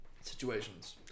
situations